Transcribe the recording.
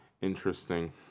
Interesting